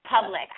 public